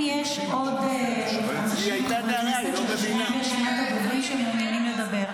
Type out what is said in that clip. האם יש עוד חברי כנסת מרשימת הדוברים שמעוניינים לדבר?